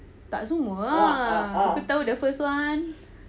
tak semua ah aku tahu the first [one]